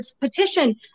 petition